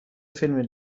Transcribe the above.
فیلمی